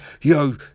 yo